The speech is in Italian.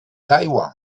taiwan